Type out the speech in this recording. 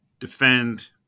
defend